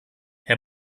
herr